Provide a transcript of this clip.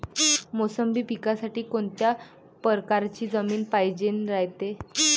मोसंबी पिकासाठी कोनत्या परकारची जमीन पायजेन रायते?